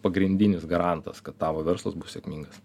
pagrindinis garantas kad tavo verslas bus sėkmingas